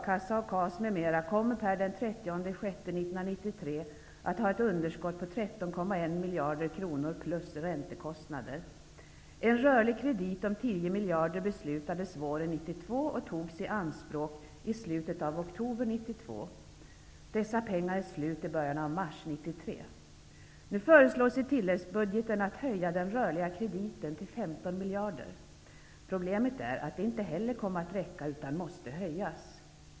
KAS m.m. kommer per den 3O juni 1993 att ha ett underskott på 13,1 miljarder kronor plus räntekostnader. En rörlig kredit om 1O miljarder beslutades våren 1992 och togs i anspråk i slutet av oktober 1992. Dessa pengar är slut i början av mars Nu föreslås i tilläggsbudgeten att man skall höja den rörliga krediten till 15 miljarder. Problemet är, att det inte heller kommer att räcka utan måste höjas.